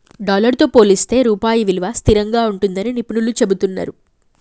dollar తో పోలిస్తే రూపాయి విలువ స్థిరంగా ఉంటుందని నిపుణులు చెబుతున్నరు